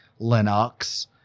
Linux